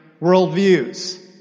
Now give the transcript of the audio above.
worldviews